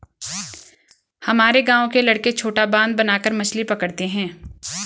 हमारे गांव के लड़के छोटा बांध बनाकर मछली पकड़ते हैं